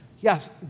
Yes